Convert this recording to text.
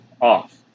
off